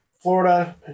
Florida